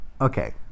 Okay